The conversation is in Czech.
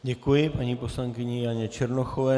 Děkuji paní poslankyni Janě Černochové.